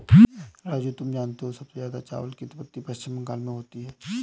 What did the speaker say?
राजू तुम जानते हो सबसे ज्यादा चावल की उत्पत्ति पश्चिम बंगाल में होती है